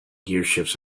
gearshifts